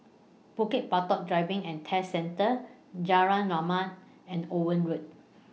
Bukit Batok Driving and Test Centre Jalan Rahmat and Owen Road